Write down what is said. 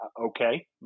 okay